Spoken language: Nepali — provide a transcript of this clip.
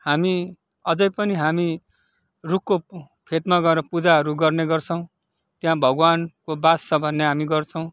हामी अझै पनि हामी रूखको फेदमा गएर पुजाहरू गर्ने गर्छौँ त्यहाँ भगवानको वास छ भन्ने हामी गर्छौँ